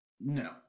No